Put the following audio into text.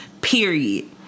period